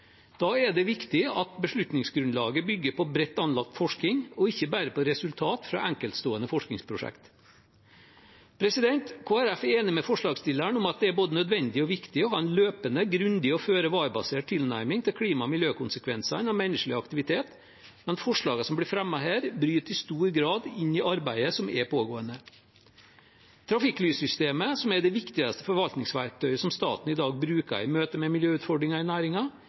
Da er det viktig at beslutningsgrunnlaget bygger på bredt anlagt forskning og ikke bare på resultater fra enkeltstående forskningsprosjekter. Kristelig Folkeparti er enig med forslagsstilleren om at det er både nødvending og viktig å ha en løpende, grundig og føre-var-basert tilnærming til klima- og miljøkonsekvensene av menneskelig aktivitet, men forslagene som blir fremmet her, bryter i stor grad inn i arbeidet som pågår. Trafikklyssystemet, som er det viktigste forvaltningsverktøyet staten i dag bruker i møte med miljøutfordringer i